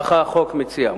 כך החוק מציע,